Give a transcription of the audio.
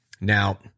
Now